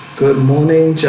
good morning